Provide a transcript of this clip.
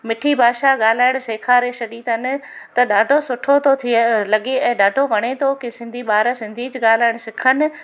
मिठी भाषा ॻाल्हाइणु सेखारे छॾी अथनि त ॾाढो सुठो थो थिए लॻे ऐं ॾाढो वणे थो की सिंधी ॿार सिंधी ज ॻाल्हाइण सिखनि